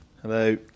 Hello